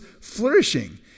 flourishing